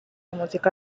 música